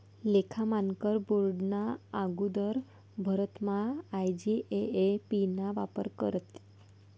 लेखा मानकर बोर्डना आगुदर भारतमा आय.जी.ए.ए.पी ना वापर करेत